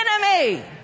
enemy